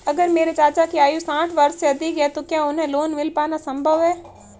अगर मेरे चाचा की आयु साठ वर्ष से अधिक है तो क्या उन्हें लोन मिल पाना संभव है?